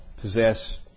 possess